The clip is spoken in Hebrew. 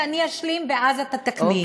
אני אשלים, ואז את תתקני.